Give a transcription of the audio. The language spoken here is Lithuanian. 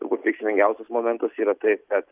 turbūt reikšmingiausias momentas yra tai kad